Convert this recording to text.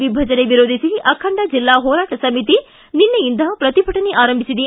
ವಿಭಜನೆ ವಿರೋಧಿಸಿ ಅಖಂಡ ಜಿಲ್ಲಾ ಹೋರಾಟ ಸಮಿತಿ ನಿನ್ನೆಯಿಂದ ಪ್ರತಿಭಟನೆ ಆರಂಭಿಸಿದೆ